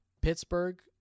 Pittsburgh